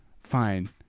Fine